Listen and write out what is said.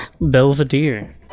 Belvedere